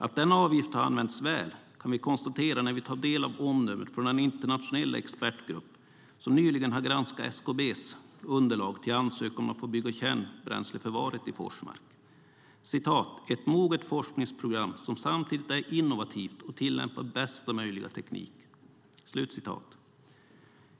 Att denna avgift har använts väl kan vi konstatera när vi tar del av omdömet från den internationella expertgrupp som nyligen har granskat SKB:s underlag till ansökan om att få bygga kärnbränsleförvaret i Forsmark: "Ett moget forskningsprogram som samtidigt är innovativt och tillämpar bästa möjliga teknik."